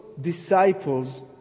disciples